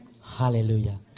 Hallelujah